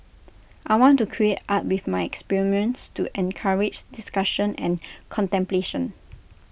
I want to create art with my experience to encourage discussion and contemplation